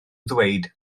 ddweud